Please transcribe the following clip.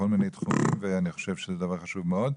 בכל מיני תחומים ואני חושב שזה דבר חשוב מאוד.